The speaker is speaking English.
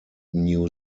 new